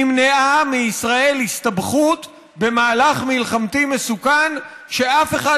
נמנעה מישראל הסתבכות במהלך מלחמתי מסוכן שאף אחד